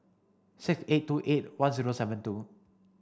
six eight two eight one zero seven two